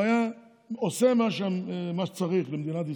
הוא היה עושה מה שצריך למדינת ישראל,